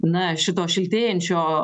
na šito šiltėjančio